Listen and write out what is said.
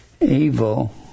evil